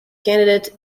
candidate